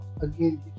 Again